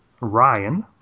Ryan